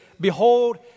Behold